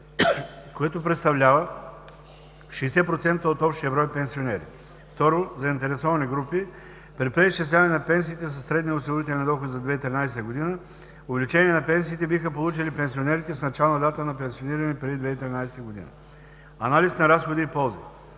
което представлява 60% от общия брой пенсионери. ІІ. Заинтересовани групи. При преизчисляване на пенсиите със средния осигурителен доход за 2013 г. увеличение на пенсиите биха получили пенсионерите с начална дата на пенсиониране преди 2013 г. ІІІ. Анализ на разходи и ползи.